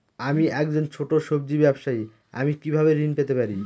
আমি একজন ছোট সব্জি ব্যবসায়ী আমি কিভাবে ঋণ পেতে পারি?